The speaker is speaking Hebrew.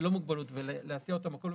ללא מוגבלות ולהסיע אותם ממקום למקום,